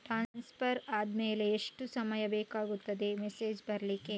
Transfer ಆದ್ಮೇಲೆ ಎಷ್ಟು ಸಮಯ ಬೇಕಾಗುತ್ತದೆ ಮೆಸೇಜ್ ಬರ್ಲಿಕ್ಕೆ?